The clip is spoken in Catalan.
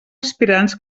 aspirants